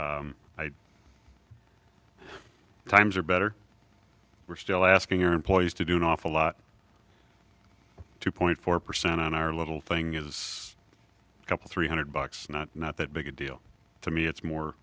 so times are better we're still asking your employees to do an awful lot two point four percent on our little thing is a couple three hundred bucks not not that big a deal to me it's more